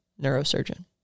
neurosurgeon